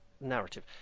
narrative